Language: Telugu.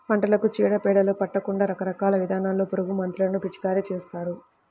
పంటలకు చీడ పీడలు పట్టకుండా రకరకాల విధానాల్లో పురుగుమందులను పిచికారీ చేస్తారు